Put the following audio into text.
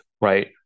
right